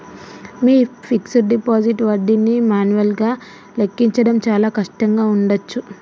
మీ fixed deposit వడ్డీని మాన్యువల్గా లెక్కించడం చాలా కష్టంగా ఉండచ్చు